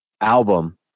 album